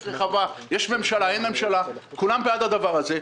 רחבה וכולם תמימי דעים וכולם בעד הדבר הזה.